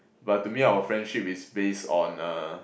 but to me our friendship is based on uh